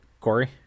Corey